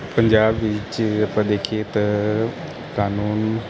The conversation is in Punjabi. ਪੰਜਾਬ ਵਿਚ ਆਪਾਂ ਦੇਖੀਏ ਤਾਂ ਕਾਨੂੰਨ